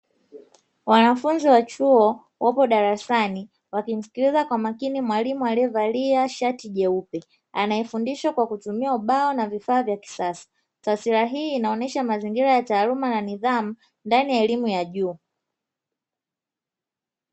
Wanafunzi wa chuo wapo darasani wakimsikiliza kwa makini mwalimu aliyevalia shati jeupe, anayefundisha kwa kutumia ubao na vifaa vya kisasa. Taswira hii inaonesha mazingira ya taaluma na nidhamu ndani ya elimu ya juu.